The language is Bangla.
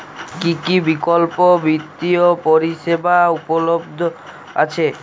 কী কী বিকল্প বিত্তীয় পরিষেবা উপলব্ধ আছে?